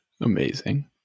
Amazing